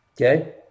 okay